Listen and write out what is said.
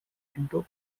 into